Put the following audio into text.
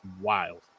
wild